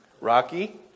Rocky